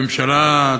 הממשלה,